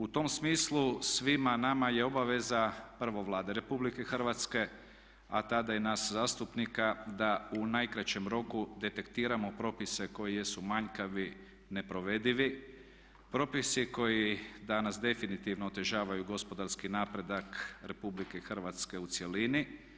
U tom smislu, svima nama je obaveza prvo Vlade RH, a tada i nas zastupnika, da u najkraćem roku detektiramo propise koji jesu manjkavi, neprovedivi, propisi koji danas definitivno otežavaju gospodarski napredak Republike Hrvatske u cjelini.